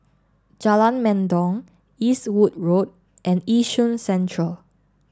Jalan Mendong Eastwood Road and Yishun Central